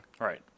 Right